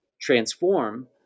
transform